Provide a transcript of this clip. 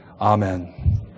Amen